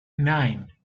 nine